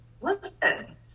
listen